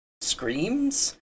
screams